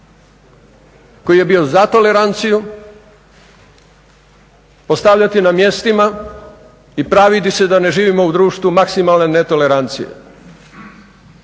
koji je bio za toleranciju postavljati na mjestima i praviti se da ne živimo u društvu maksimalne netolerancije,